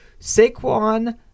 Saquon